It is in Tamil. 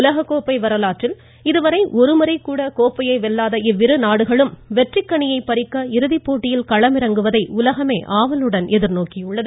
உலக கோப்பை வரலாற்றில் இதுவரை ஒருமுறை கூட கோப்பையை வெல்லாத இவ்விரு நாடுகளும் வெற்றிக் கனியைப் பறிக்க இறுதிப் போட்டியில் களமிறங்குவதை உலகமே ஆவலுடன் எதிர்நோக்கியுள்ளது